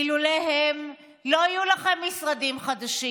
אילולא הם, לא יהיו לכם משרדים חדשים.